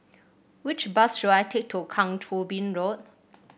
which bus should I take to Kang Choo Bin Road